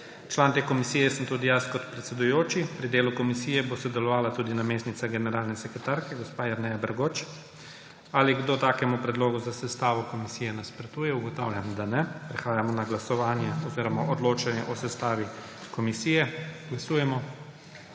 Član te komisije sem tudi jaz kot predsedujoči. Pri delu komisije bo sodelovala tudi namestnica generalne sekretarke gospa Jerneja Bergoč. Ali kdo takemu predlogu za sestavo komisije nasprotuje? Ugotavljam, da ne. Prehajamo na glasovanje oziroma odločanje o sestavi komisije. Glasujemo.